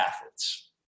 athletes